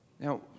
Now